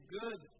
good